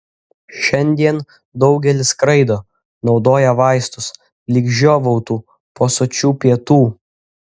šiandien daugelis skraido naudoja vaistus lyg žiovautų po sočių pietų